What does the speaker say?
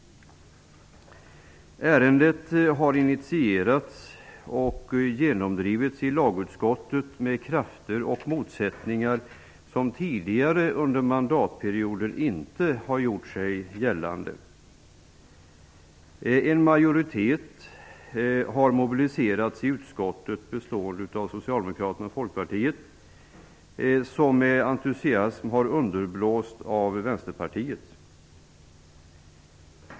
Ärendet har initierats och genomdrivits i lagutskottet med hjälp av krafter och motsättningar som tidigare under mandatperioden inte har gjort sig gällande. En majoritet har mobiliserats i utskottet bestående av Socialdemokraterna och Folkpartiet -- som med entusiasm har underblåsts av Vänsterpartiet.